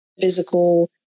physical